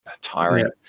tiring